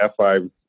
F5